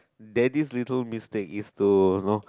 daddy little mistake is to know